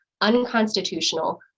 unconstitutional